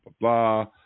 blah